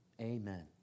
Amen